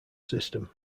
system